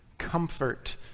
comfort